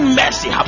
mercy